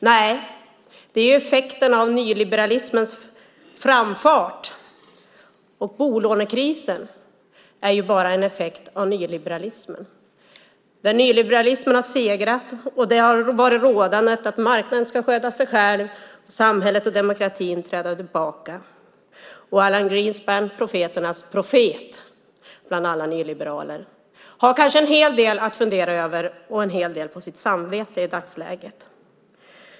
Nej, det är effekten av nyliberalismens framfart, och bolånekrisen är bara en effekt av nyliberalismen, när nyliberalismen har segrat och det har varit rådande att marknaden ska sköta sig själv, samhället och demokratin träda tillbaka. Och Alan Greenspan, profeternas profet bland alla nyliberaler, har kanske en hel del att fundera över och en hel del på sitt samvete i dagsläget.